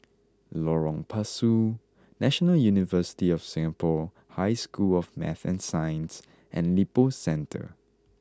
Lorong Pasu National University of Singapore High School of Math and Science and Lippo Centre